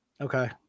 Okay